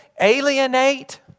alienate